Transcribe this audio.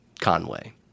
Conway